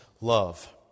love